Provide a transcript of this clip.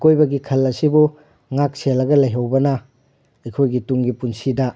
ꯑꯀꯣꯏꯕꯒꯤ ꯈꯜ ꯑꯁꯤꯕꯨ ꯉꯥꯛ ꯁꯦꯜꯂꯒ ꯂꯧꯍꯧꯕꯅ ꯑꯩꯈꯣꯏꯒꯤ ꯇꯨꯡꯒꯤ ꯄꯨꯟꯁꯤꯗ